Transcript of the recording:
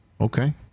Okay